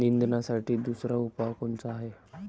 निंदनासाठी दुसरा उपाव कोनचा हाये?